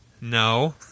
No